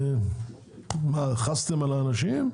מה חסתם על האנשים?